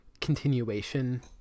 continuation